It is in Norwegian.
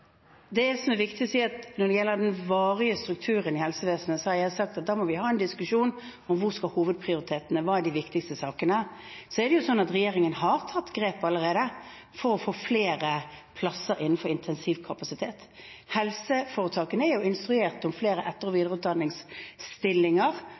Når det gjelder den varige strukturen i helsevesenet, har jeg sagt at da må vi ha en diskusjon om hva hovedprioriteten skal være, hva som er de viktigste sakene. Så er det sånn at regjeringen har tatt grep allerede for å få flere plasser innenfor intensivkapasiteten. Helseforetakene er instruert om flere etter- og